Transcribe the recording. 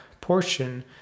portion